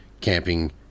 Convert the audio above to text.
camping